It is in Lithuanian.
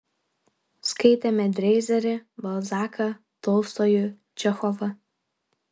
skaitėme dreizerį balzaką tolstojų čechovą